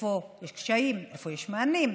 איפה יש קשיים, איפה יש מענים,